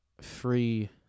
free